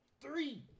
Three